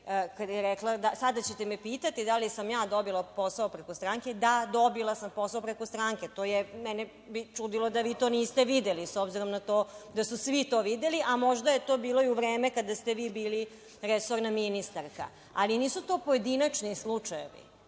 sada ćete mi pitati da li sam ja dobila posao preko stranke, da, dobila sam posao preko stranke. Mene je čudilo da vi to niste videli, s obzirom na to da su svi to videli, a možda je to bilo i u vreme kada ste vi bili resorna ministarka. Ali, nisu to pojedinačni slučajevi. Ja